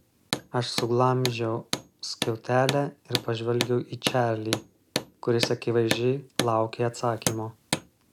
aš suglamžiau skiautelę ir pažvelgiau į čarlį kuris akivaizdžiai laukė atsakymo